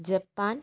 Japan